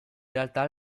realtà